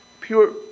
pure